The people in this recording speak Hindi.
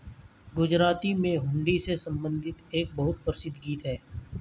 गुजराती में हुंडी से संबंधित एक बहुत प्रसिद्ध गीत हैं